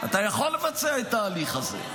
אתה יכול לבצע את ההליך הזה.